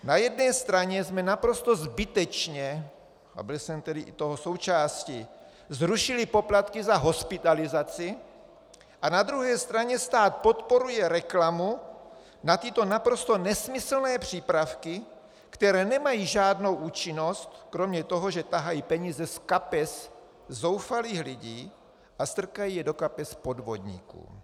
Na jedné straně jsme naprosto zbytečně a byl jsem tedy toho součástí zrušili poplatky za hospitalizaci a na druhé straně stát podporuje reklamu na tyto naprosto nesmyslné přípravky, které nemají žádnou účinnost kromě toho, že tahají peníze z kapes zoufalých lidí a strkají je do kapes podvodníkům.